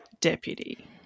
deputy